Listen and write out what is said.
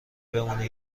بمونه